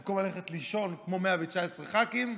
במקום ללכת לישון כמו 119 ח"כים,